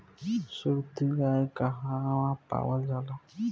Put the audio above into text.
सुरती गाय कहवा पावल जाला?